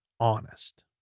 honest